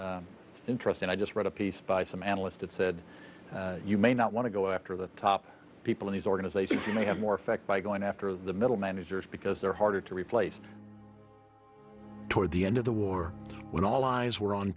desirable in trust and i just read a piece by some analysts that said you may not want to go after the top people in his organization who may have more effect by going after the middle managers because they're harder to replace toward the end of the war when all eyes were on